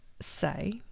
say